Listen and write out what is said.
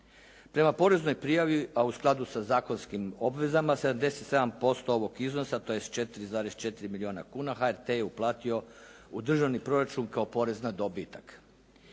Prema poreznoj prijavi, a u skladu sa zakonskim obvezama 77% ovog iznosa, tj. 4,4 milijuna kuna HRT je uplatio u državni proračun kao porez na dobitak.